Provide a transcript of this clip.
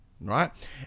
right